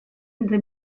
entre